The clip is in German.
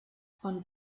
von